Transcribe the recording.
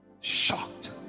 shocked